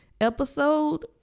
episode